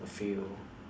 a few